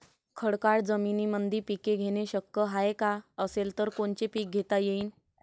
खडकाळ जमीनीमंदी पिके घेणे शक्य हाये का? असेल तर कोनचे पीक घेता येईन?